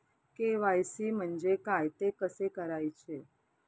KYC म्हणजे काय? ते कसे करायचे?